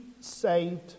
saved